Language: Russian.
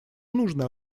нужно